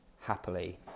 happily